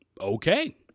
okay